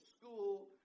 school